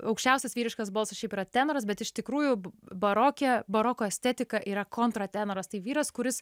aukščiausias vyriškas balsas šiaip yra tenoras bet iš tikrųjų baroke baroko estetika yra kontra tenoras tai vyras kuris